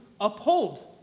uphold